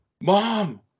Mom